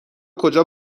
کجا